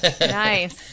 Nice